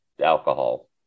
alcohol